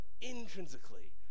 intrinsically